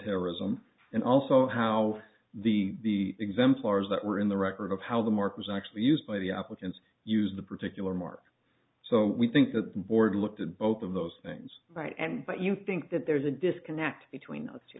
terrorism and also how the exemplars that were in the record of how the mark was actually used by the applicants use the particular mark so we think the board looked at both of those things right and but you think that there's a disconnect between those two